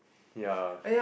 ya